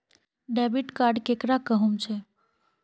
Debit card केकरा कहुम छे?